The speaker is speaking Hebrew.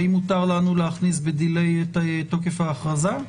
האם מותר לנו להכניס בדיליי את תוקף ההכרזה?